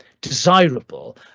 desirable